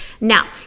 Now